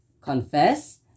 Confess